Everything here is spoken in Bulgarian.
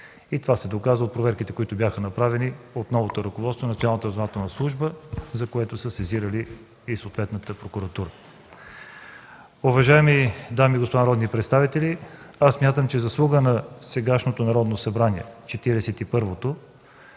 това се доказа от проверките, които бяха направени от новото ръководство на Националната разузнавателна служба, за което са сезирали съответната прокуратура. Уважаеми дами и господа народни представители, смятам че заслуга на Четиридесет и първото Народно събрание е